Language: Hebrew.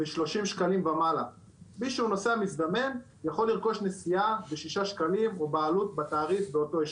נוסע מזדמן יכול לרכוש נסיעה בשישה שקלים או בתעריף באותו אשכול.